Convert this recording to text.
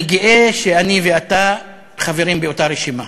אני גאה שאני ואתה חברים באותה רשימה,